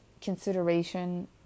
consideration